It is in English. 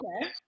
okay